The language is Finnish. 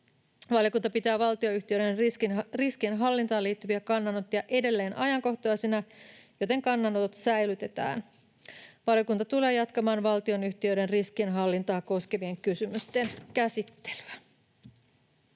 Valiokunta pitää valtioyhtiöiden riskinhallintaan liittyviä kannanottoja edelleen ajankohtaisina, joten kannanotot säilytetään. Valiokunta tulee jatkamaan valtionyhtiöiden riskinhallintaa koskevien kysymysten käsittelyä.